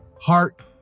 heart